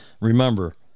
Remember